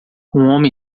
homem